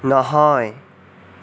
নহয়